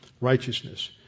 righteousness